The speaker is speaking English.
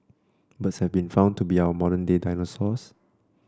birds have been found to be our modern day dinosaurs